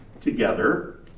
together